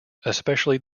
especially